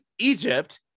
egypt